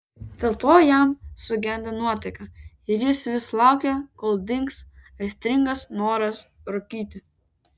dėl to jam sugenda nuotaika ir jis vis laukia kol dings aistringas noras rūkyti